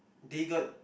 they got